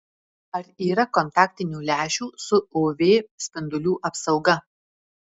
ar yra kontaktinių lęšių su uv spindulių apsauga